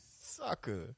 Sucker